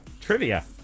trivia